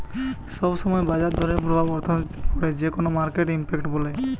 সব সময় বাজার দরের প্রভাব অর্থনীতিতে পড়ে যেটোকে মার্কেট ইমপ্যাক্ট বলে